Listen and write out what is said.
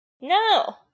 No